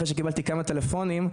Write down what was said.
אחרי שקיבלתי כמה טלפונים,